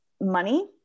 money